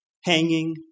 hanging